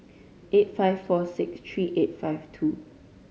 eight five four six three eight five two